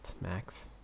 Max